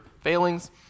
failings